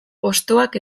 hostoak